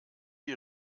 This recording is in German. die